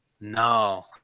No